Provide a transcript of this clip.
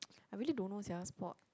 I really don't know sia sport